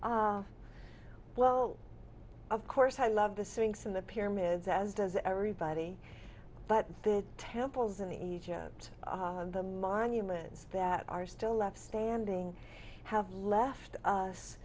was well of course i love the sinks and the pyramids as does everybody but their temples in egypt and the monuments that are still left standing have left us